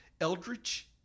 eldritch